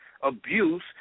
abuse